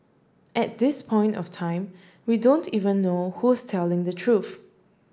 at this point of time we don't even know who's telling the truth